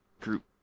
group